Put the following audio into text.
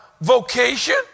vocation